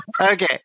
okay